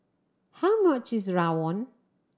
how much is Rawon